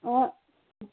অ'